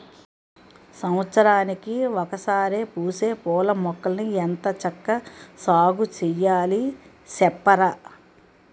సంవత్సరానికి ఒకసారే పూసే పూలమొక్కల్ని ఎంత చక్కా సాగుచెయ్యాలి సెప్పరా?